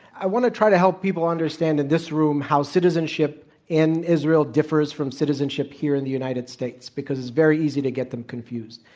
i want to try to help people understand in this room how citizenship in israel differs from citizenship here in the united states. because it's very easy to get them confused.